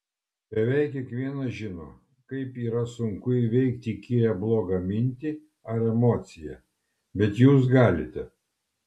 beveik kiekvienas žino kaip yra sunku įveikti įkyrią blogą mintį ar emociją bet jūs galite